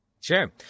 Sure